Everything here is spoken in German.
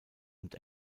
und